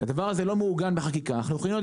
הדבר הזה לא מעוגן בחקיקה ואנחנו יכולים להיות